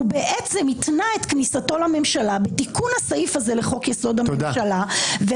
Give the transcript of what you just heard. הוא בעצם התנה את כניסתו לממשלה בתיקון הסעיף הזה לחוק-יסוד: הממשלה,